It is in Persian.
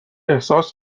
احساس